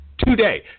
Today